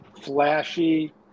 flashy